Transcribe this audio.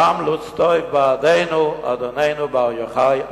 ימליץ טוב בעדנו, אדוננו בר יוחאי".